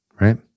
right